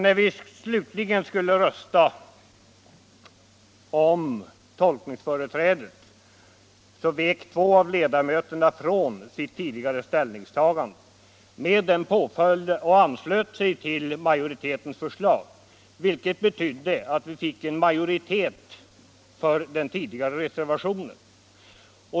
När vi slutligen skulle rösta om tolkningsföreträdet avvek två av ledamöterna ifrån sitt tidigare ställningstagande och anslöt sig till majoritetens förslag. Detta betydde att vi fick en majoritet för den tidigare reservationen.